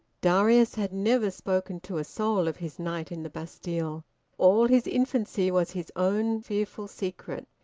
darius had never spoken to a soul of his night in the bastille. all his infancy was his own fearful secret.